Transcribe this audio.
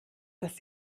das